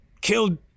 killed